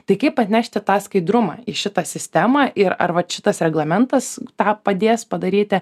tai kaip atnešti tą skaidrumą į šitą sistemą ir ar vat šitas reglamentas tą padės padaryti